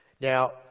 Now